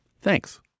Thanks